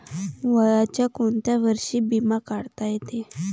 वयाच्या कोंत्या वर्षी बिमा काढता येते?